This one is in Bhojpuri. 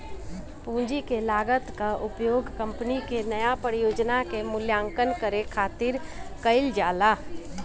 पूंजी के लागत कअ उपयोग कंपनी के नया परियोजना के मूल्यांकन करे खातिर कईल जाला